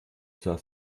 sehr